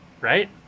Right